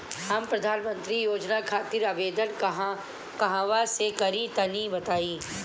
हम प्रधनमंत्री योजना खातिर आवेदन कहवा से करि तनि बताईं?